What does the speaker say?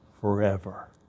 forever